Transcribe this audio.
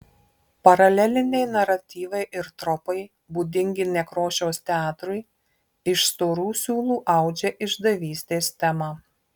paraleliniai naratyvai ir tropai būdingi nekrošiaus teatrui iš storų siūlų audžia išdavystės temą